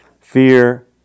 Fear